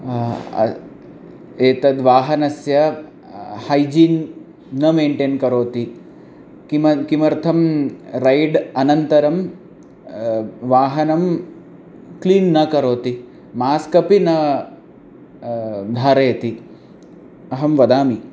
एतद्वाहनस्य hygiene न maintain करोति किम किमर्थं रैड् अनन्तरं वाहनं क्लीन् न करोति मास्क् अपि ना धारयति अहं वदामि